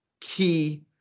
key